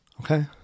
okay